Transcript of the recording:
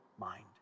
mind